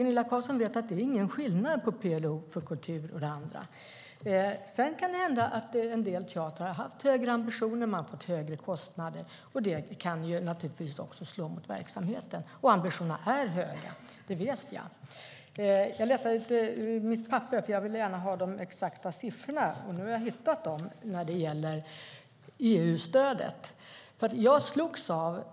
Gunilla Carlsson vet att det inte är någon skillnad på PLO för kultur och det andra. Sedan kan det hända att en del teatrar har haft högre ambitioner och har fått högre kostnader. Det kan naturligtvis slå mot verksamheten. Ambitionerna är höga - det vet jag. Jag letade i mina papper, för jag ville gärna ha de exakta siffrorna för EU-stödet, och nu har jag hittat dem.